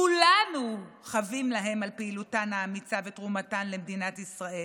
כולנו חבים להן על פעילותן האמיצה ותרומתן למדינת ישראל.